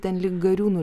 ten link gariūnų